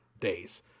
days